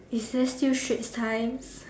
is there still Straits time